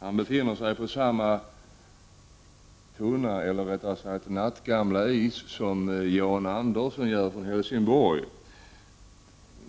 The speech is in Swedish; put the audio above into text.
Han befinner sig på samma tunna — eller rättare sagt nattgamla — is som Jan Andersson från Helsingborg.